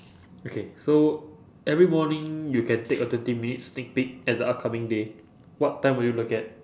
okay so every morning you can take a twenty minutes sneak peek at the upcoming day what time will you look at